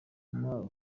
now